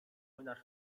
młynarz